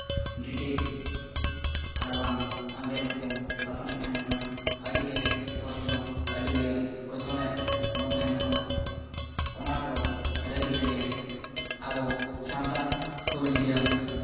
British ᱟᱨᱵᱟᱝ ᱤᱝᱨᱮᱹᱡᱽ ᱠᱚᱠᱚ ᱥᱟᱥᱚᱱᱮᱫ ᱛᱟᱦᱮᱫ ᱠᱟᱱᱟ ᱟᱹᱰᱤᱜᱮ ᱠᱚᱥᱴᱚ ᱟᱹᱰᱤ ᱜᱮ ᱠᱚᱪᱞᱮᱫ ᱵᱚᱱ ᱛᱟᱦᱮᱸᱱᱟᱠᱚ ᱚᱱᱟᱠᱚ ᱨᱟᱹᱜᱤ ᱛᱮᱜᱮ ᱟᱵᱚ ᱥᱟᱱᱛᱟᱲ ᱦᱩᱞᱜᱟᱹᱨᱭᱟᱹ